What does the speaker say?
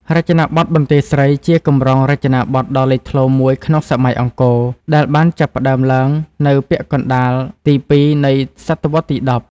រចនាបថបន្ទាយស្រី ជាកម្រងរចនាបថដ៏លេចធ្លោមួយក្នុងសម័យអង្គរ ដែលបានចាប់ផ្ដើមឡើងនៅពាក់កណ្ដាលទី២ នៃសតវត្សរ៍ទី១០។